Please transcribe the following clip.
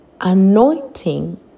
anointing